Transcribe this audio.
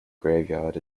graveyard